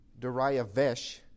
Dariavesh